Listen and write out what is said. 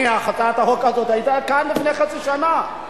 הצעת החוק הזאת היתה כאן לפני חצי שנה.